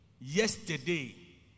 yesterday